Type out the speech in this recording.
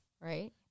Right